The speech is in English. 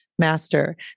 master